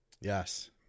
Yes